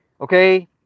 Okay